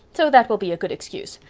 so that will be a good excuse.